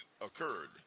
occurred